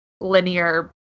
linear